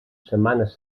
setmanes